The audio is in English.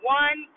one